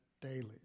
daily